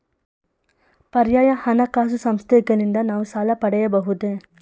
ಪರ್ಯಾಯ ಹಣಕಾಸು ಸಂಸ್ಥೆಗಳಿಂದ ನಾವು ಸಾಲ ಪಡೆಯಬಹುದೇ?